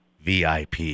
VIP